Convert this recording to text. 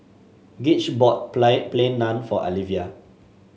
Gage bought play Plain Naan for Alyvia